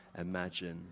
imagine